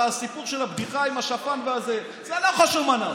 אתה הסיפור של הבדיחה עם השפן: זה לא חשוב מה נעשה,